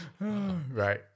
Right